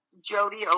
Jody